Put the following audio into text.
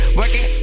working